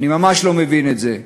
אני ממש לא מבין את זה.